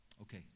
Okay